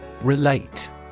Relate